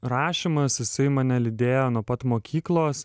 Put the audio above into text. rašymas jis mane lydėjo nuo pat mokyklos